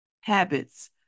Habits